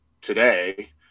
today